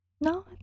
No